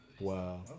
Wow